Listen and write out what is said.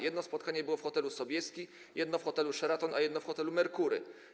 Jedno spotkanie było w hotelu Sobieski, jedno w hotelu Sheraton, a jedno w hotelu Mercure.